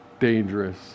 dangerous